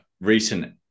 recent